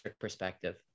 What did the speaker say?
perspective